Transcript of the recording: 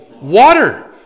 Water